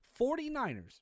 49ers